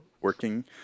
working